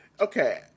Okay